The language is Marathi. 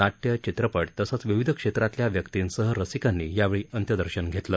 नाट्य चित्रपट तसंच विविध क्षेत्रातल्या व्यक्तींसह रसिकांनी यावेळी अंत्यदर्शन घेतलं